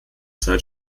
zeit